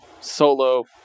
solo